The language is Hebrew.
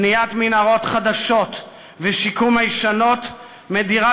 בניית מנהרות חדשות ושיקום הישנות מדירים